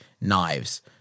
knives